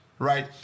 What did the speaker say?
Right